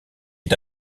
est